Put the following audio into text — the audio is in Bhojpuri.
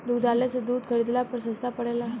दुग्धालय से दूध खरीदला पर सस्ता पड़ेला?